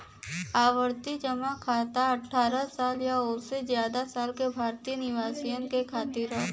आवर्ती जमा खाता अठ्ठारह साल या ओसे जादा साल के भारतीय निवासियन खातिर हौ